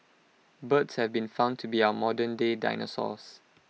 birds have been found to be our modernday dinosaurs